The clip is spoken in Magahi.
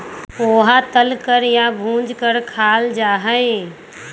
पोहा तल कर या भूज कर खाल जा हई